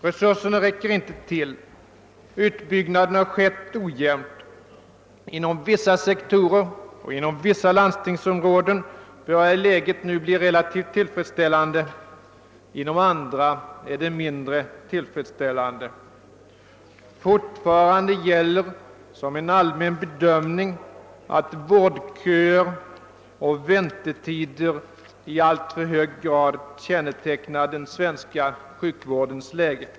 Resurserna räcker inte till, utbyggnaden har skett ojämnt. Inom vissa sektorer och landstingsområden börjar läget nu bli relativt tillfredsställande, medan det inom andra är mindre tillfredsställande. Fortfarande gäller som allmän bedömning att vårdköer och väntetider i alltför hög grad kännetecknar den svenska sjukvården.